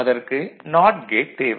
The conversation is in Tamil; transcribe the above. அதற்கு நாட் கேட் தேவை